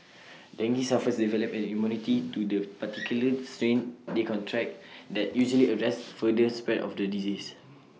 dengue sufferers develop an immunity to the particular strain they contract that usually arrests further spread of the disease